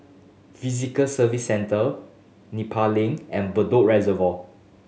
Visitor Service Centre Nepal Link and Bedok Reservoir